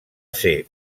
ser